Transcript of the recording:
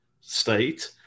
state